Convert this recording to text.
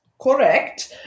Correct